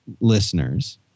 listeners